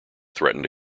threatened